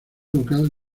local